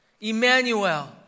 Emmanuel